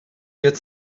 get